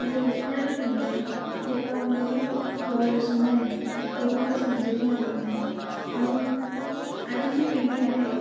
मूंखे लिखण बि न ईंदी आहे जेका मेन वर्ड्स हूंदा आहिनि उहे मूंखे सम्झि बि न पवंदा आहिनि ऐं अॼु जी पीढ़ी आहे